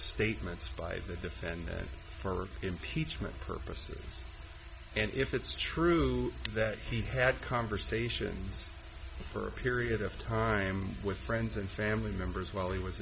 statements by defend that for impeachment purposes and if it's true that he had conversations for a period of time with friends and family members while he was